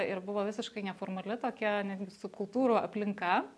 ir buvo visiškai neformali tokia netgi subkultūrų aplinka